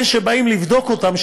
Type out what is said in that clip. כשבאים לבדוק אותם,